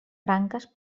branques